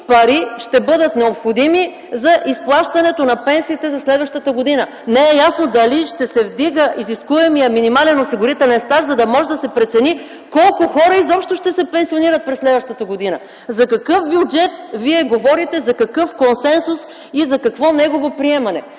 пари ще бъдат необходими за изплащането на пенсиите за следващата година. Не е ясно дали ще се вдига изискуемият минимален осигурителен стаж, за да може да се прецени колко хора ще се пенсионират през следващата година. За какъв бюджет говорите Вие, за какъв консенсус и за какво негово приемане?